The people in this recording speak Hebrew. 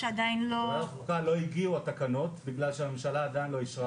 בוועדת חוקה לא הגיעו התקנות בגלל שהממשלה עדיין לא אישרה